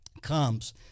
comes